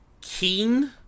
keen